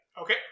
Okay